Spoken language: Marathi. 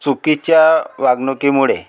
चुकीच्या वागणुकीमुळे